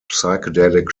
psychedelic